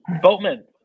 Boatman